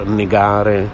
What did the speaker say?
negare